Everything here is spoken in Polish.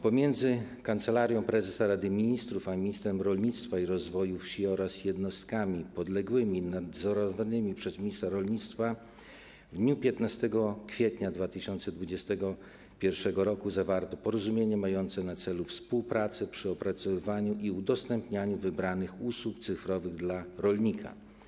Pomiędzy Kancelarią Prezesa Rady Ministrów a ministrem rolnictwa i rozwoju wsi oraz jednostkami podległymi nadzorowanymi przez ministra rolnictwa w dniu 15 kwietnia 2021 r. zawarto porozumienie mające na celu współpracę przy opracowywaniu i udostępnianiu wybranych usług cyfrowych dla rolników.